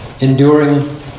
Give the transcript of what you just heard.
enduring